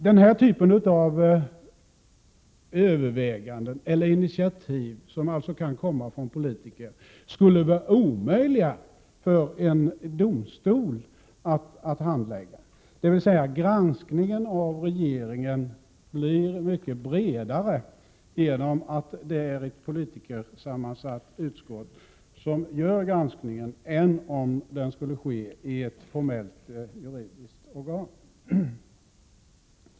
Denna typ av initiativ, som alltså kan komma från politiker, skulle det vara omöjligt för en domstol att handlägga. Granskningen av regeringen blir mycket bredare genom att det är ett politikersammansatt utskott som utför den än om den skulle ske i ett formellt juridiskt organ.